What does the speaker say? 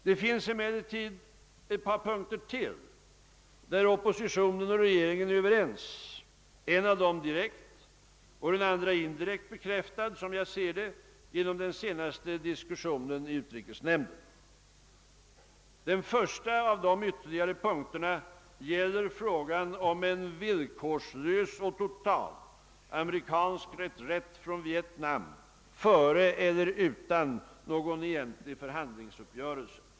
Det finns emelertid ett par punkter till där oppositionen och regeringen är överens, en av dem direkt och en annan indirekt bekräftad genom den senaste diskussionen i utrikesnämnden. Den första av dessa ytterligare punkter gäller frågan om en villkorslös och total amerikansk reträtt från Vietnam före eller utan någon egentlig förhandlingsuppgörelse.